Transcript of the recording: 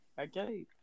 Okay